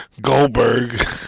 Goldberg